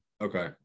okay